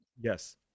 Yes